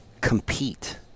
Compete